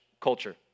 culture